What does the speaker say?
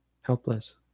helpless